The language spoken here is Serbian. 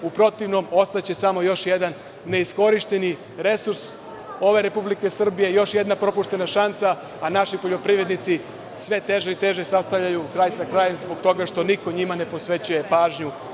U protivnom ostaće samo još jedan neiskorišćen resurs ove Republike Srbije, još jedna propuštena šansa, a naši poljoprivrednici sve teže i teže sastavljaju kraj sa krajem zbog toga što niko njima ne posvećuje pažnju.